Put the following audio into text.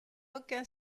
aucun